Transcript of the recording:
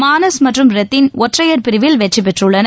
மானஸ் மற்றும் ரெத்தின் ஒற்றையர் பிரிவில் வெற்றி பெற்றுள்ளனர்